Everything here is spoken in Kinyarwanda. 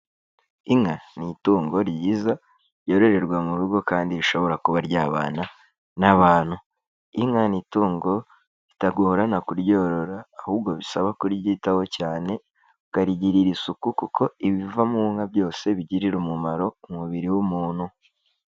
Inka ni itungo ryiza ryororerwa mu rugo kandi rishobora kuba ryabana n'abantu. Inka ni itungo ritagorana kuryorora ahubwo bisaba kuryitaho cyane, ukarigirira isuku kuko ibiva mu nka byose bigirira umumaro umubiri w'umuntu.